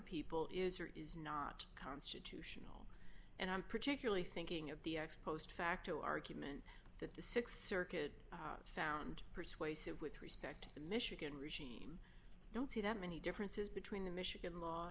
people is or is not constitutional and i'm particularly thinking of the ex post facto argument that the th circuit found persuasive with respect to michigan regime i don't see that many differences between the michigan law